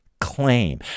claim